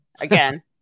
Again